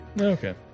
Okay